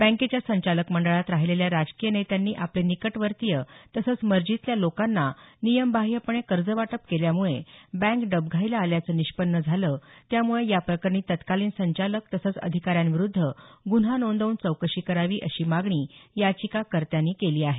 बँकेच्या संचालक मंडळात राहिलेल्या राजकीय नेत्यांनी आपले निकटवर्तीय तसंच मर्जीतल्या लोकांना नियमबाह्यपणे कर्जवाटप केल्यामुळे बँक डबघाईला आल्याचं निष्पन्न झालं त्यामुळे याप्रकरणी तत्कालीन संचालक तसंच अधिकाऱ्यांविरुद्ध गुन्हा नोंदवून चौकशी करावी अशी मागणी याचिकाकर्त्यांनी केली आहे